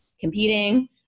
competing